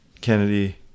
Kennedy